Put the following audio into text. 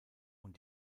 und